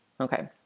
Okay